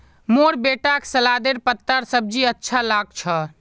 मोर बेटाक सलादेर पत्तार सब्जी अच्छा लाग छ